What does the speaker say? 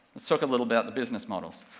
let's talk a little about the business models.